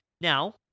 Now